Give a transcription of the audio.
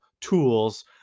tools